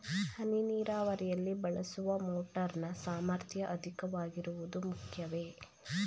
ಹನಿ ನೀರಾವರಿಯಲ್ಲಿ ಬಳಸುವ ಮೋಟಾರ್ ನ ಸಾಮರ್ಥ್ಯ ಅಧಿಕವಾಗಿರುವುದು ಮುಖ್ಯವೇ?